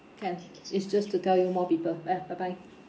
can it's just to tell you more people ya bye bye